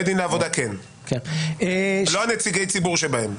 בית דין לעבודה כן, אבל לא נציגי הציבור שבהם.